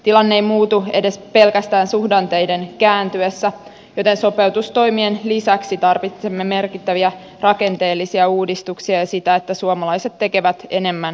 tilanne ei muutu edes pelkästään suhdanteiden kääntyessä joten sopeutustoimien lisäksi tarvitsemme merkittäviä rakenteellisia uudistuksia ja sitä että suomalaiset tekevät enemmän työtä